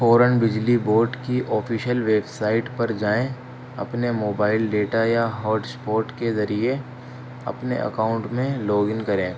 فوراً بجلی بورڈ کی آفیشیل ویبسائٹ پر جائیں اپنے موبائل ڈیٹا یا ہاٹسپاٹ کے ذریعے اپنے اکاؤنٹ میں لاگن کریں